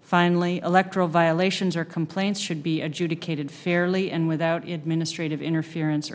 finally electoral violations or complaints should be adjudicated fairly and without it ministry of interference